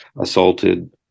assaulted